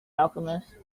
alchemist